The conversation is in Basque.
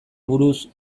buruz